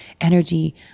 energy